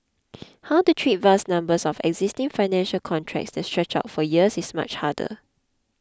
how to treat vast numbers of existing financial contracts that stretch out for years is much harder